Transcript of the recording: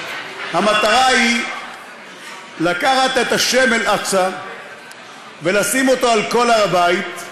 המטרה היא לקחת את השם אל-אקצא ולשים אותו על כל הר הבית,